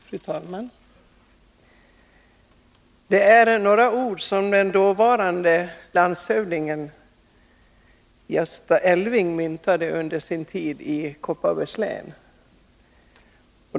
Fru talman! Det är några ord som dåvarande landshövdingen Gösta Elfving myntade under sin tid i Kopparbergs län.